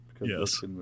Yes